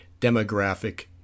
demographic